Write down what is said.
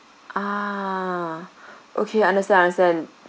ah okay understand understand